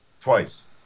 Twice